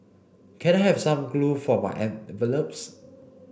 can I have some glue for my envelopes